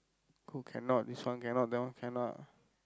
cook cannot this one cannot that one cannot